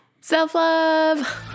Self-love